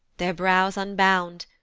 their brows unbound,